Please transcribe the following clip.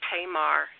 Tamar